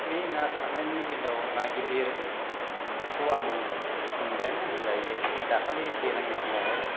बे ना सारनायनि बेलायाव ना गिदिरखौ आं मोनबायानो होनजायो दाखालि दैज्लांनि समावहाय